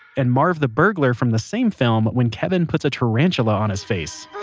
and marv the burglar from the same film when kevin puts a tarantula on his face,